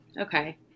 Okay